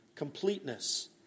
completeness